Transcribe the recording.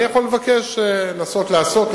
אני יכול לבקש לנסות לעשות,